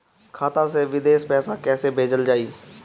खाता से विदेश पैसा कैसे भेजल जाई?